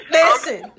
listen